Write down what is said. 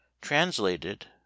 TRANSLATED